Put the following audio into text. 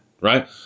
right